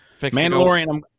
Mandalorian